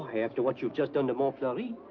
after what you've just done to montfleury,